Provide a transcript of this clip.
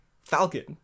Falcon